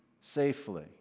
safely